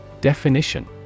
Definition